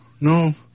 no